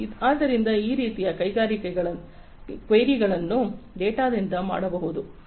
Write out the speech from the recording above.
ಆದ್ದರಿಂದ ಈ ರೀತಿಯ ಕ್ವೈರಿಗಳನ್ನು ಡೇಟಾದಿಂದ ಮಾಡಬಹುದಾಗಿದೆ